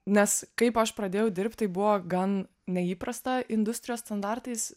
nes kaip aš pradėjau dirbt tai buvo gan neįprasta industrijos standartais